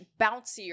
bouncier